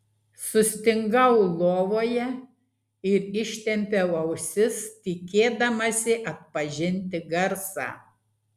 sustingau lovoje ir ištempiau ausis tikėdamasi atpažinti garsą